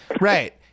Right